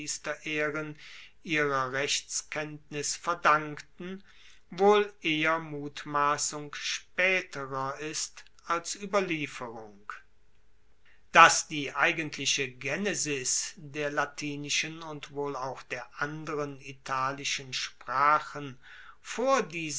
ihrer rechtskenntnis verdankten wohl eher mutmassung spaeterer ist als ueberlieferung dass die eigentliche genesis der lateinischen und wohl auch der anderen italischen sprachen vor